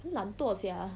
很懒惰 sia